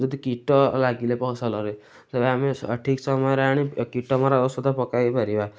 ଯଦି କୀଟ ଲାଗିଲେ ଫସଲରେ ତେବେ ଆମେ ସଠିକ୍ ସମୟରେ ଆଣି କୀଟ ମରା ଔଷଧ ପକାଇ ପାରିବା